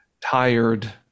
tired